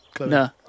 No